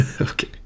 Okay